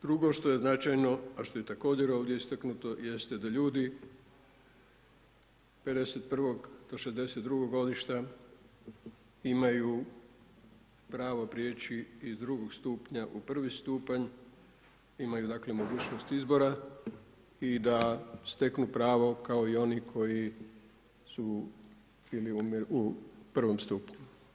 Drugo što je značajno, a što je također ovdje istaknuto jeste da ljudi 51. do 62. godišta imaju pravo preći iz drugog stupnja u prvi stupanj, imaju dakle, mogućnost izbora i da steknu pravo kao i oni koji su bili u I. stupu.